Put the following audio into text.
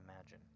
imagine